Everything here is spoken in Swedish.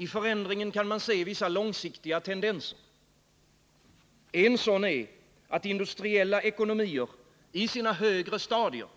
I förändringen kan man se vissa långsiktiga tendenser. En sådan är att industriella ekonomier i sina högre stadier